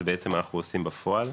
זה בעצם אנחנו עושים בפועל.